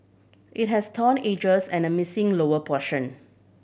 it has torn edges and a missing lower portion